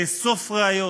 לאסוף ראיות.